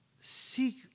seek